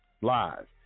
live